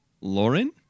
Lauren